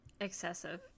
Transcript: Excessive